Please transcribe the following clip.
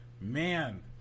Man